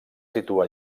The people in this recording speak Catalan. situa